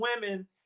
women